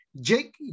Jake